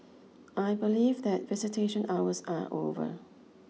I believe that visitation hours are over